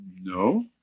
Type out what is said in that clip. No